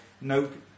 nope